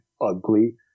ugly